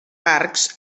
arcs